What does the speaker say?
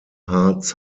harz